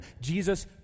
Jesus